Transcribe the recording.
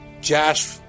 Josh